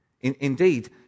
Indeed